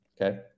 Okay